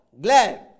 glad